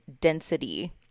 density